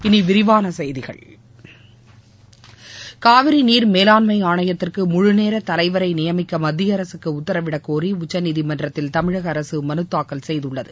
இனி விரிவான செய்திகள் காவிரி நீர் மேலாண்மை ஆணையத்திற்கு முழுநேரத் தலைவரை நியமிக்க மத்திய அரசுக்கு உத்தரவிடக் கோரி உச்சநீதிமன்றத்தில் தமிழக அரசு மனு தாக்கல் செய்துள்ளது